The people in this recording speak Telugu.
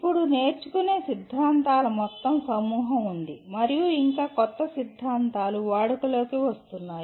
ఇప్పుడు నేర్చుకునే సిద్ధాంతాల మొత్తం సమూహం ఉంది మరియు ఇంకా కొత్త సిద్ధాంతాలు వాడుకలోకి వస్తున్నాయి